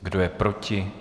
Kdo je proti?